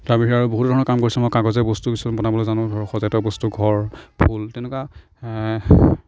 তাৰ ভিতৰত বহুত ধৰণৰ কাম কৰিছোঁ মই কাগজে বস্তু কিছুমান বনাব জানোঁ ধৰক সজাই থোৱা বস্তু ঘৰ ফুল তেনেকুৱা